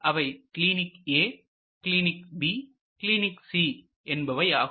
அவை clinic A clinic clinic C என்பவையாகும்